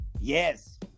Yes